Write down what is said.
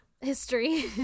history